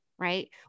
right